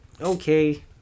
okay